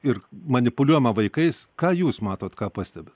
ir manipuliuojama vaikais ką jūs matot ką pastebit